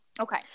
Okay